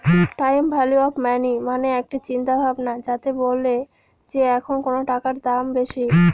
time value of money মানে একটা চিন্তা ভাবনা যাতে বলে যে এখন কোনো টাকার দাম বেশি